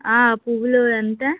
ఆ పూలు ఎంత